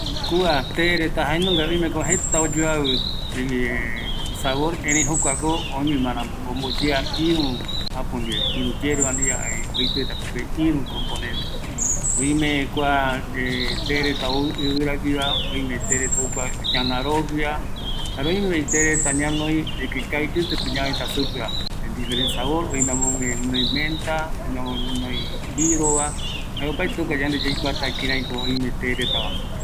﻿Kua te reta jaenungavi, oimeko jeta oyoavi isabor, erei jokuako oimema ramo omboyea äpo ndie irü yerua ndie jare oiti reta pipe irü componente, oime kua te reta ou iviraguiva oime te reta ou kua ñanaro ndieva jare oimevi te reta ñanoi de que ka iyivite rupi rupi ñavaeta supeva de diferete sabar oime amöguë guinoi menta, oime amöguë guinoi rova, jare opaete yande yaikuata kiraiko oime te retava